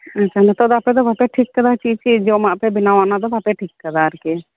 ᱢᱮᱱᱠᱷᱟᱱ ᱱᱤᱛᱚᱜ ᱫᱚ ᱟᱯᱮ ᱫᱚ ᱵᱟᱯᱮ ᱴᱷᱤᱠ ᱠᱟᱫᱟ ᱪᱮᱫ ᱡᱚᱢᱟᱜ ᱯᱮ ᱵᱮᱱᱟᱣᱟ ᱚᱱᱟ ᱫᱚ ᱵᱟᱯᱮ ᱴᱷᱤᱠ ᱠᱟᱫᱟ ᱟᱨᱠᱤ